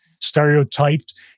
stereotyped